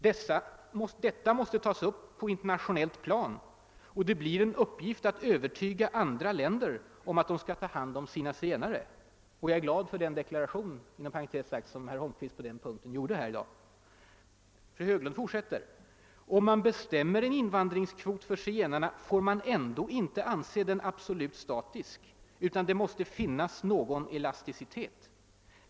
Detta måste tas upp på ett internationellt plan, och det blir en uppgift att övertyga andra länder om att de skall ta hand om sina zigenare. Om man bestämmer en invandringskvot för zigenarna får man ändå inte anse den absolut statisk, utan det måste finnas någon elasticitet.